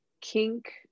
kink